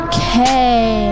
Okay